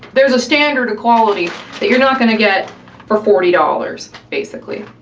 there's a standard to quality that you're not gonna get for forty dollars, basically.